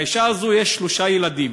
לאישה הזאת יש שלושה ילדים.